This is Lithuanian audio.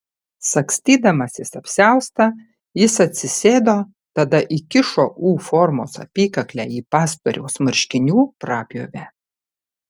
sagstydamasis apsiaustą jis atsisėdo tada įkišo u formos apykaklę į pastoriaus marškinių prapjovę